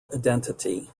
identity